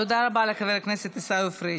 תודה רבה לחבר הכנסת עיסאווי פריג'.